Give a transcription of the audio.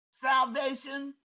salvation